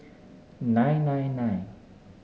nine nine nine